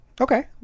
okay